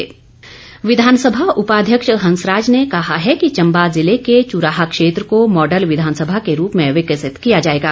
press note Hansraj विधानसभा उपाध्यक्ष हंसराज ने कहा है कि चंबा जिले के चुराह क्षेत्र को मॉडल विधानसभा के रूप में विकसित किया जाएगा